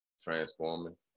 transforming